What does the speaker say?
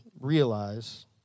realize